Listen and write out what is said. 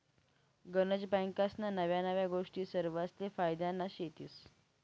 गनज बँकास्ना नव्या नव्या गोष्टी सरवासले फायद्यान्या शेतीस